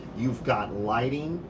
you've got lighting,